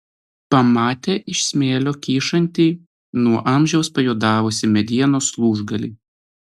pamatė iš smėlio kyšantį nuo amžiaus pajuodavusį medienos lūžgalį